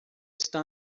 está